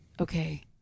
okay